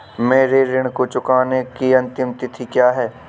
मेरे ऋण को चुकाने की अंतिम तिथि क्या है?